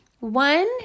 One